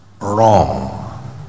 wrong